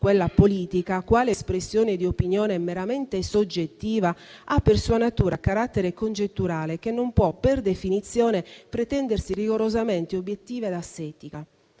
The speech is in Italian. quella politica, quale espressione di opinione meramente soggettiva, ha per sua natura carattere congetturale che non può, per definizione, pretendersi rigorosamente obiettiva e asettica»;